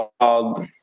called